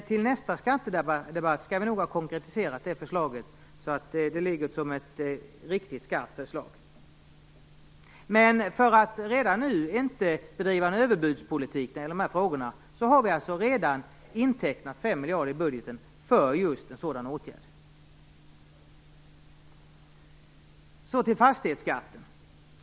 Till nästa skattedebatt skall vi nog ha konkretiserat det förslaget, så att det blir ett riktigt skarpt förslag. För att inte bedriva en överbudspolitik när det gäller dessa frågor har vi redan intecknat 5 miljarder i budgeten för just en sådan åtgärd. Så till fastighetsskatten.